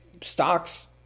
stocks